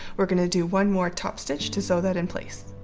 we're going to do one more top stitch to sew that in place